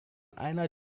einer